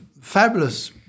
fabulous